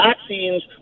vaccines